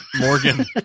Morgan